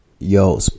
Yo